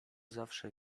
zawsze